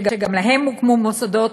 שגם להם הוקמו מוסדות,